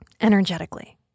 energetically